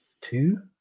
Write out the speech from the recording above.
two